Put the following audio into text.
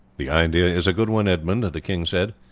the idea is a good one, edmund, the king said,